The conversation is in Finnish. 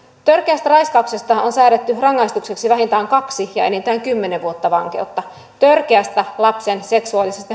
törkeästä raiskauksesta on säädetty rangaistukseksi vähintään kaksi ja enintään kymmenen vuotta vankeutta törkeästä lapsen seksuaalisesta hyväksikäytöstä on